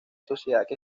sociedad